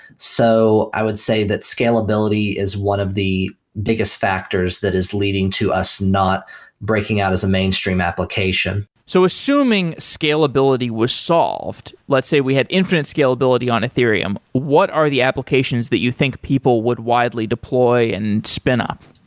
so i would say that scalability is one of the biggest factors that is leading to us not breaking out as a mainstream application. so assuming scalability was solved, let's say we had infinite scalability on ethereum, what are the applications that you think people would widely deploy and spin up?